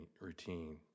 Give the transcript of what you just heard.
routine